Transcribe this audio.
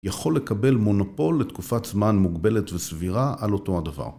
‫יכול לקבל מונופול לתקופת זמן ‫מוגבלת וסבירה על אותו הדבר.